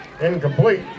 Incomplete